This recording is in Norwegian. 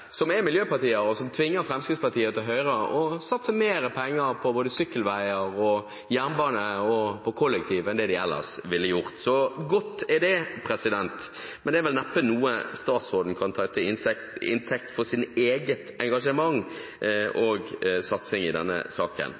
som er miljøpartier, og som tvinger Fremskrittspartiet og Høyre til å satse mer penger på sykkelveier, jernbane og kollektiv enn de ellers ville gjort. Så godt er det, men det er vel neppe noe statsråden kan ta til inntekt for sitt eget engasjement og sin egen satsing i denne saken.